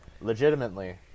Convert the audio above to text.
Legitimately